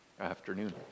afternoon